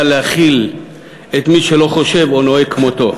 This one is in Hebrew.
להכיל את מי שלא חושב או נוהג כמותו.